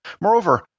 Moreover